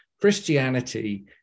Christianity